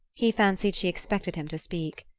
he fancied she expected him to speak.